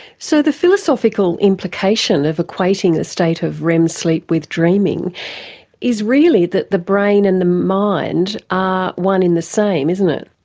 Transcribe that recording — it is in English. so the philosophical implication of equating the state of rem sleep with dreaming is really that the brain and the mind are one and the same, isn't it?